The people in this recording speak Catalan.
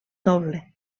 doble